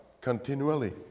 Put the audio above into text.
continually